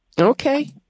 Okay